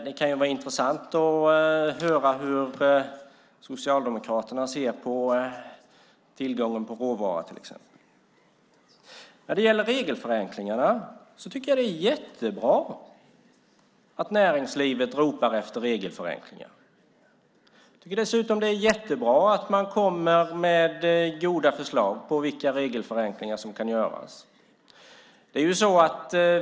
Det kunde vara intressant att höra hur Socialdemokraterna exempelvis ser på tillgången på råvara. Beträffande regelförenklingarna tycker jag att det är jättebra att näringslivet ropar efter dem. Det är vidare jättebra att de kommer med goda förslag till regelförenklingar.